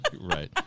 Right